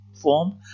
form